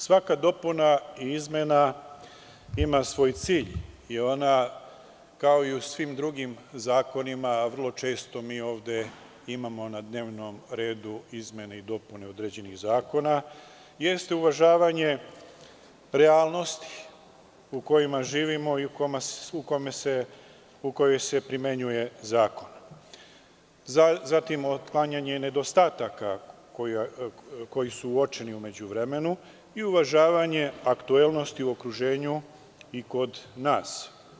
Svaka dopuna i izmena ima svoj cilj, kao i u svim drugim zakonima, a vrlo često ovde imamo na dnevnom redu izmene i dopune određenih zakona, a to je uvažavanje realnosti u kojima živimo i u kojoj se primenjuje zakon, otklanjanje nedostataka koji su u međuvremenu uočeni i uvažavanje aktuelnosti u okruženju i kod nas.